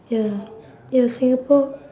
ya ya singapore